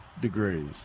degrees